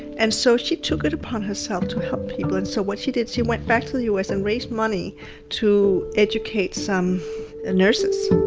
and so she took it upon herself to help people. and so what she did, she went back to the us and raised money to educate some nurses.